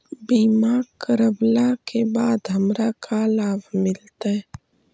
बीमा करवला के बाद हमरा का लाभ मिलतै?